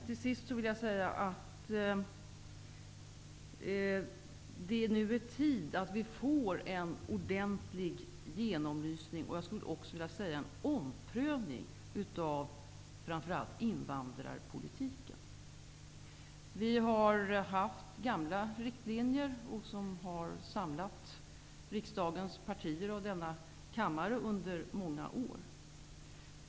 Till sist vill jag emellertid säga att det nu är dags att vi får en ordentlig genomlysning och även en omprövning av framför allt invandringspolitiken. Vi har haft gamla riktlinjer som har samlat riksdagens partier och denna kammare under många år.